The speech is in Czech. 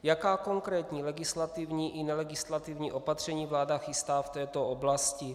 Jaká konkrétní legislativní i nelegislativní opatření vláda chystá v této oblasti?